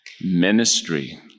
ministry